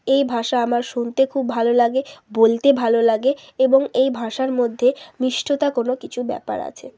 এই ভাষা আমার শুনতে খুব ভালো লাগে বলতে ভালো লাগে এবং এই ভাষার মধ্যে মিষ্টতা কোনো কিছু ব্যাপার আছে